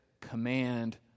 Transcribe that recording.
command